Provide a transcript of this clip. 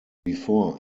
before